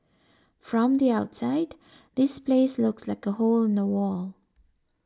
from the outside this place looks like a hole in the wall